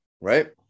Right